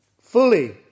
fully